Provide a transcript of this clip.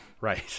Right